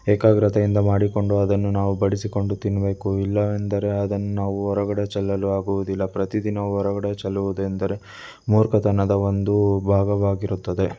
ಏಕಾಗ್ರತೆಯಿಂದ ಮಾಡಿಕೊಂಡು ಅದನ್ನು ನಾವು ಬಡಿಸಿಕೊಂಡು ತಿನ್ನಬೇಕು ಇಲ್ಲವೆಂದರೆ ಅದನ್ನ ನಾವು ಹೊರಗಡೆ ಚೆಲ್ಲಲು ಆಗುವುದಿಲ್ಲ ಪ್ರತಿದಿನ ಹೊರಗಡೆ ಚೆಲ್ಲುವುದೆಂದರೆ ಮೂರ್ಖತನದ ಒಂದು ಭಾಗವಾಗಿರುತ್ತದೆ